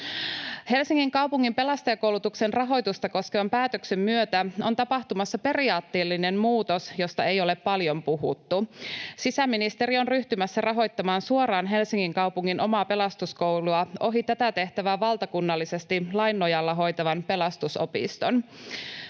Helsingin kaupungin pelastajakoulutuksen rahoitusta koskevan päätöksen myötä on tapahtumassa periaatteellinen muutos, josta ei ole paljon puhuttu. Sisäministeriö on ryhtymässä rahoittamaan suoraan Helsingin kaupungin omaa Pelastuskoulua ohi tätä tehtävää valtakunnallisesti lain nojalla hoitavan Pelastusopiston.